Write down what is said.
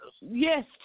Yes